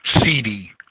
CD